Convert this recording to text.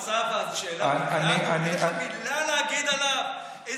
אין לך מילה לומר לנתניהו,